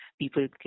people